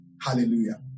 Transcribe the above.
Hallelujah